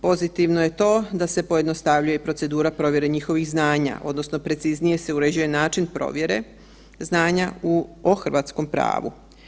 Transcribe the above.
Pozitivno je to da se pojednostavljuje procedura provjere njihovih znanja odnosno preciznije se uređuje način provjere znanja o hrvatskom pravu.